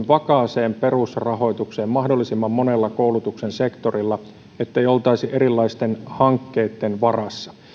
vakaaseen perusrahoitukseen mahdollisimman monella koulutuksen sektorilla ettei oltaisi erilaisten hankkeitten varassa